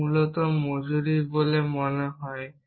এটি মূলত মজুরি বলে মনে হয়